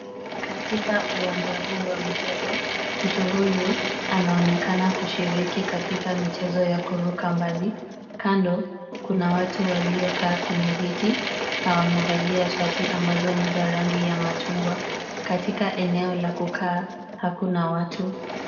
Katika uwanja huu wa michezo, mtu huyu anaonekana kushiriki katika michezo ya kuruka mbali. Kando, kuna watu waliokaa kwenye viti, na wamevalia shati ambazo ni za rangi ya machungwa. Katika eneo la kukaa, hakuna watu.